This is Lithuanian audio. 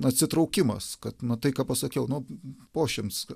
atsitraukimas kad nu tai ką pasakiau nu po šimts